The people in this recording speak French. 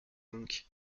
donc